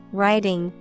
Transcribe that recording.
writing